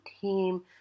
team